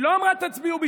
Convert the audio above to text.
היא לא אמרה תצביעו בשבילי,